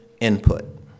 input